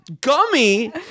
Gummy